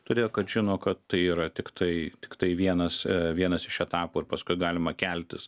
todėl kad žino kad tai yra tiktai tiktai vienas vienas iš etapų ir paskui galima keltis